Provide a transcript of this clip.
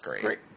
Great